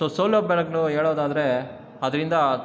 so ಸೌಲಭ್ಯಗಳು ಹೇಳೋದಾದ್ರೆ ಅದರಿಂದ